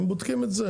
הם בודקים את זה,